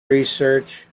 research